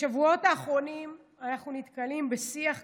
בשבועות האחרונים אנחנו נתקלים בשיח קשה,